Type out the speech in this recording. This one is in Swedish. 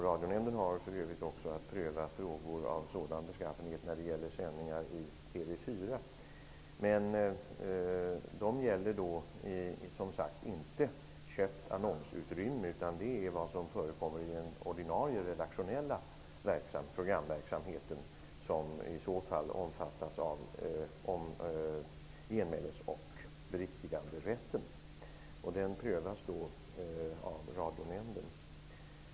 Radionämnden har för övrigt att pröva frågor av sådan beskaffenhet när det gäller sändningar i TV 4. Men detta gäller som sagt inte köpt annonsutrymme utan det som förekommer inom den ordinarie redaktionella programverksamheten, som i så fall omfattas av genmäles och beriktiganderätten. Den prövas av Radionämnden.